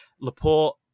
Laporte